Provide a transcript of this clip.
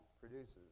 produces